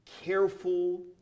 careful